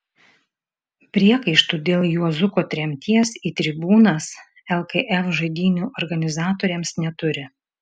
priekaištų dėl juozuko tremties į tribūnas lkf žaidynių organizatoriams neturi